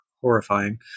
horrifying